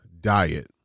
diet